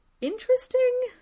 interesting